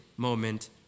moment